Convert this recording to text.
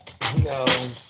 No